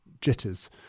jitters